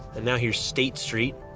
and now here's state street,